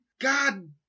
god